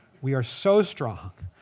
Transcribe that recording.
we are so strong.